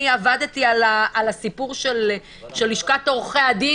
אני עבדתי על הסיפור של לשכת עורכי הדין